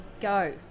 go